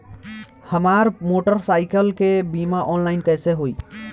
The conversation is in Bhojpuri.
हमार मोटर साईकीलके बीमा ऑनलाइन कैसे होई?